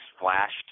flashed